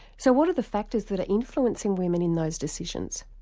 so what are the factors that are influencing women in those decisions?